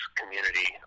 community